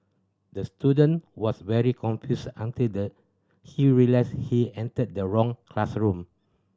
the student was very confused until the he realised he entered the wrong classroom